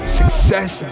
success